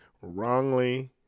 Wrongly